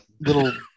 little